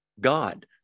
God